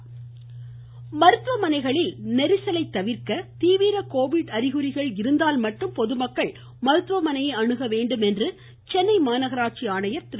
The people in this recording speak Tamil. பிரகாஷ் மருத்துவமனைகளில் நெரிசலை தவிர்க்க தீவிர கோவிட் அறிகுறிகள் இருந்தால் மட்டும் பொதுமக்கள் மருத்துவமனையை அணுகவேண்டும் என சென்னை மாநகராட்சி ஆணையர் திரு